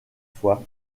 fois